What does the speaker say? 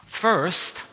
First